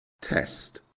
Test